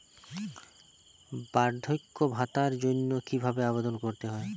বার্ধক্য ভাতার জন্য কিভাবে আবেদন করতে হয়?